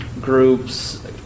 groups